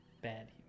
bad